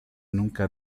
nunca